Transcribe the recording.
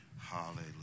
Hallelujah